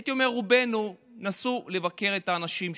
הייתי אומר, רובנו, נסעו לבקר את האנשים שם.